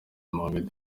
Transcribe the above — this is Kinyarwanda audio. mohamed